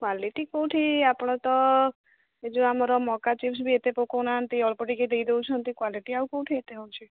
quality କେଉଁଠି ଆପଣ ତ ଏ ଯେଉଁ ଆମର ମକା ଚିପ୍ସ୍ ବି ଏତେ ପକାଉନାହାନ୍ତି ଅଳ୍ପ ଟିକେ ଦେଇଦେଉଛନ୍ତି କ୍ୱାଲିଟି କେଉଁଠି ଏତେ ହେଉଛି